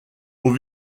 aux